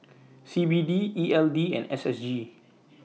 C B D E L D and S S G